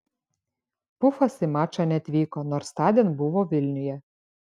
pufas į mačą neatvyko nors tądien buvo vilniuje